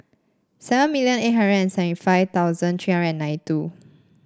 seven million eight hundred and seven five thousand three nine two